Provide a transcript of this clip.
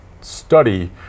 study